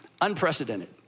Unprecedented